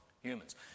humans